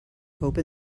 open